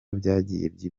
byagiye